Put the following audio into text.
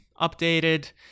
updated